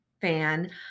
fan